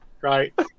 right